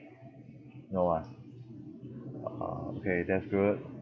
no ah orh okay that's good